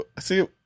See